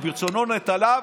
וברצונו נטלה,